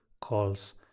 calls